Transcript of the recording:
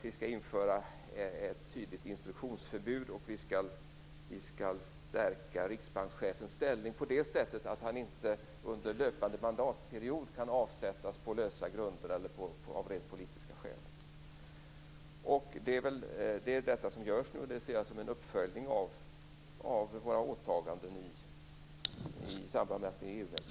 Vi skall införa ett tydligt instruktionsförbud och vi skall stärka riksbankschefens ställning på det sättet att han inte under löpande mandatperiod kan avsättas på lösa grunder eller av rent politiska skäl. Det är vad som görs nu, och det ser jag som en uppföljning av våra åtaganden i samband med att vi blev EU-medlemmar.